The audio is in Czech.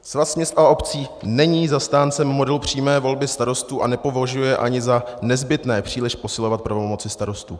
Svaz měst a obcí není zastáncem modelu přímé volby starostů a nepovažuje ani za nezbytné příliš posilovat pravomoci starostů.